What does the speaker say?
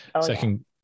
Second